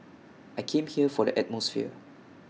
I came here for the atmosphere